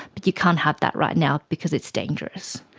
but you can't have that right now because it's dangerous.